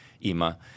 ima